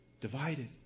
Divided